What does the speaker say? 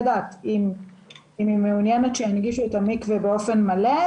דת אם היא מעוניינת שינגישו את המקווה באופן מלא.